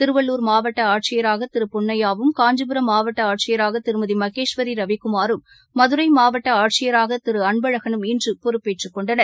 திருவள்ளுர் மாவட்டஆட்சியராகதிருபொன்னையாவும் காஞ்சிபுரம் மாவட்டஆட்சியராகதிருமதிமகேஸ்வரிரவிக்குமாரும் மதுரைமாவட்டஆட்சியராகதிருஅன்பழகனும் இன்றுபொறுப்பேற்றுக்கொண்டனர்